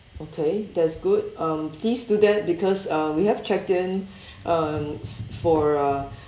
okay that's good um please do that because uh we have checked in um s~ for a